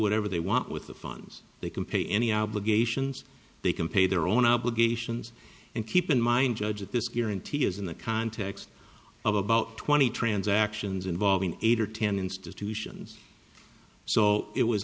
whatever they want with the funds they can pay any obligations they can pay their own obligations and keep in mind judge that this guarantee is in the context of about twenty transactions involving eight or ten institutions so it was